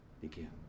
begin